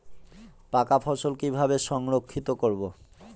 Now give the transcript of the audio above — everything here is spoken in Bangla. পাকা ফসল কিভাবে সংরক্ষিত করব?